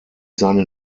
seine